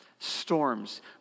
storms